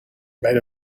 right